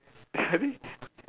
I think